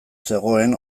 zegoen